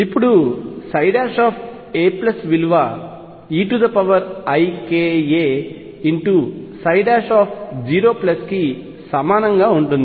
ఇప్పుడు a విలువ eika 0 కి సమానంగా ఉంటుంది